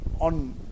on